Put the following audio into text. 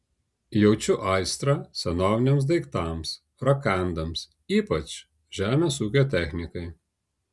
jaučiu aistrą senoviniams daiktams rakandams ypač žemės ūkio technikai